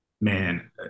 man